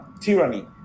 tyranny